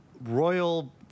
royal